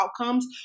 outcomes